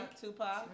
Tupac